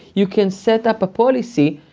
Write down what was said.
you can set up a policy.